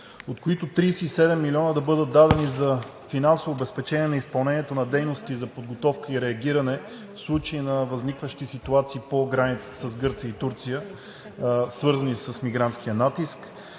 от които: 37 милиона да бъдат дадени за финансово обезпечение на изпълнението на дейности за подготовка и реагиране в случай на възникващи ситуации по границата с Гърция и Турция, свързани с мигрантския натиск;